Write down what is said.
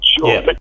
sure